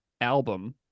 album